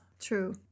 True